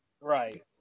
Right